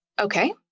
Okay